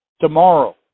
tomorrow